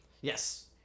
Yes